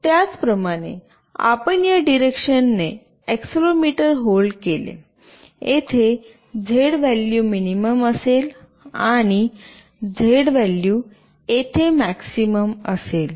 त्याचप्रमाणे आपण या डिरेकशन ने एक्सेलेरोमीटर होल्ड केले येथे झेड व्हॅल्यू मिनिमम असेल आणि झेड व्हॅल्यू येथे मॅक्सिमम असेल